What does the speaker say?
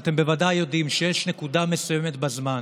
אתם בוודאי יודעים שיש נקודה מסוימת בזמן